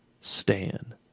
stan